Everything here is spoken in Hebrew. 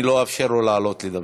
אני לא אאפשר לו לעלות לדבר.